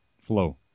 flow